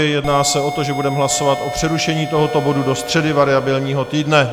Jedná se o to, že budeme hlasovat o přerušení tohoto bodu do středy variabilního týdne.